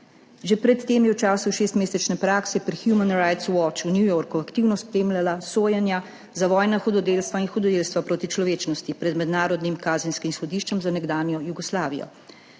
Že pred tem je v času šestmesečne prakse pri Human Rights Watch v New Yorku aktivno spremljala sojenja za vojna hudodelstva in hudodelstva proti človečnosti pred mednarodnim kazenskim sodiščem za nekdanjo Jugoslavijo.